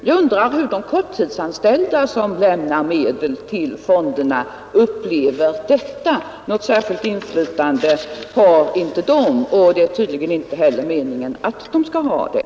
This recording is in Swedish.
Jag undrar hur de korttidsanställda, som lämnar medel till fonderna, upplever detta. Något särskilt inflytande har de inte och det är tydligen inte heller meningen att de skall få det.